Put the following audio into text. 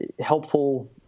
helpful